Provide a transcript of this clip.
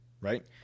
right